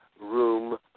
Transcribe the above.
room